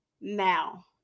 now